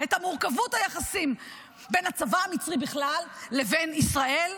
את מורכבות היחסים בין הצבא המצרי בכלל לבין ישראל,